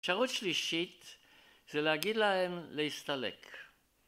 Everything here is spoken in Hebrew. אפשרות שלישית זה להגיד להם להסתלק...